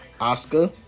Oscar